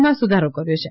માં સુધારો કર્યો છે